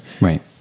Right